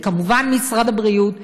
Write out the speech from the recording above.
וכמובן משרד הבריאות,